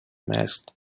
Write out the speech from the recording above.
masked